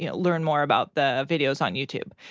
you know learn more about the videos on youtube.